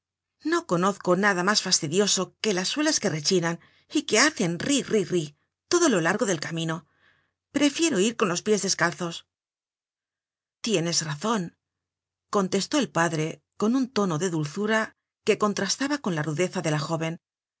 no conozco nada mas fastidioso que las suelas que rechinan y que hacen ri ri ri todo lo largo del camino prefiero ir con los pies descalzos tienes razon contestó el padre con un tono de dulzura que contrastaba con la rudeza de la jóven